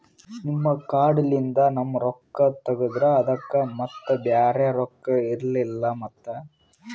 ನಿಮ್ ಕಾರ್ಡ್ ಲಿಂದ ನಮ್ ರೊಕ್ಕ ತಗದ್ರ ಅದಕ್ಕ ಮತ್ತ ಬ್ಯಾರೆ ರೊಕ್ಕ ಇಲ್ಲಲ್ರಿ ಮತ್ತ?